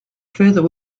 further